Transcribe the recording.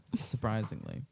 Surprisingly